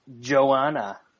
Joanna